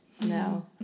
no